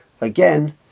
Again